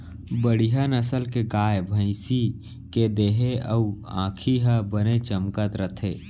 बड़िहा नसल के गाय, भँइसी के देहे अउ आँखी ह बने चमकत रथे